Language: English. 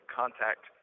contact